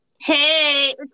Hey